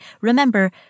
remember